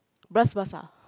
Bras-Basah